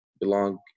belong